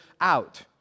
out